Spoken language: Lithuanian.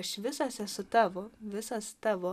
aš visas esu tavo visas tavo